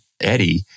Eddie